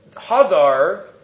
Hagar